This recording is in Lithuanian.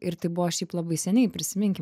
ir tai buvo šiaip labai seniai prisiminkim